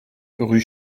rue